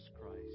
Christ